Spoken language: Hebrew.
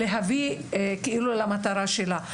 להביא למטרה שלה.